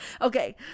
Okay